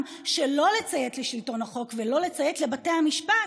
שלא לציית לשלטון החוק ולא לציית לבתי המשפט,